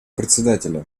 председателя